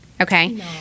Okay